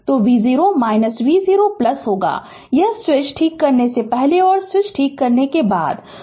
तो v0 v0 होगा यह स्विच करने से ठीक पहले और स्विच करने के ठीक बाद होगा